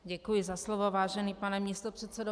Děkuji za slovo, vážený pane místopředsedo.